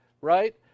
right